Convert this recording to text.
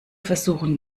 versuchen